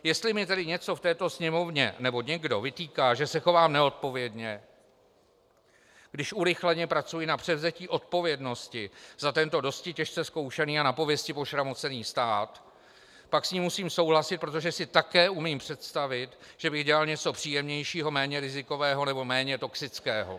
Jestli mi tedy někdo v této Sněmovně vytýká, že se chovám neodpovědně, když urychleně pracuji na převzetí odpovědnosti za tento dosti těžce zkoušený a na pověsti pošramocený stát, pak s ním musím souhlasit, protože si také umím představit, že bych dělal něco příjemnějšího, méně rizikového nebo méně toxického.